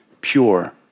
pure